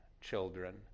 children